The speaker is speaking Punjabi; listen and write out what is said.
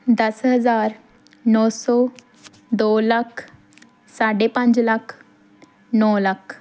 ਦਸ ਹਜ਼ਾਰ ਨੌਂ ਸੌ ਦੋ ਲੱਖ ਸਾਢੇ ਪੰਜ ਲੱਖ ਨੌਂਲੱਖ